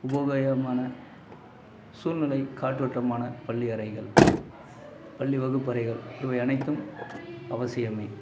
உபயோகமான சூழ்நிலை காற்றோட்டமான பள்ளி அறைகள் பள்ளி வகுப்பறைகள் இவை அனைத்தும் அவசியமே